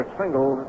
single